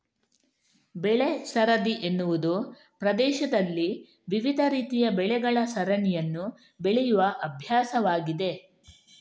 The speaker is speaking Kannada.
ಬೆಳೆ ಸರದಿ ಎನ್ನುವುದು ಪ್ರದೇಶದಲ್ಲಿ ವಿವಿಧ ರೀತಿಯ ಬೆಳೆಗಳ ಸರಣಿಯನ್ನು ಬೆಳೆಯುವ ಅಭ್ಯಾಸವಾಗಿದೆ